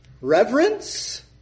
reverence